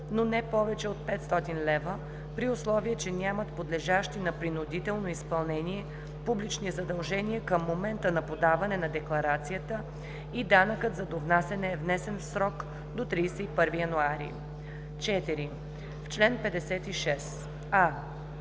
но не повече от 500 лв., при условие че нямат подлежащи на принудително изпълнение публични задължения към момента на подаване на декларацията и данъкът за довнасяне е внесен в срок до 31 януари. 4. В чл. 56: а)